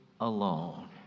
alone